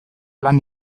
lan